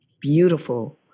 beautiful